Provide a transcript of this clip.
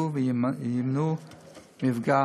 התחקור והבחינה